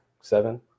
seven